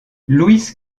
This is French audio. luis